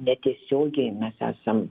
netiesiogiai mes esam